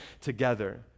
together